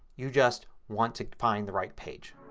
you just want to find the right page.